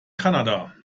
kanada